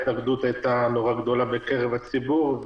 ההתנגדות בקרב הציבור הייתה מאוד גדולה